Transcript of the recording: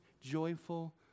joyful